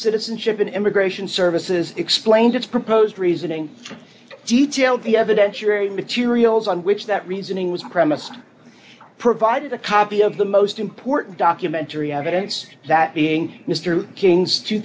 citizenship and immigration services explained its proposed reasoning to detail the evidentiary materials on which that reasoning was premised provided a copy of the most important documentary evidence that being mr king's two